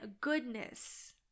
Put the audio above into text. goodness